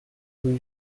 rue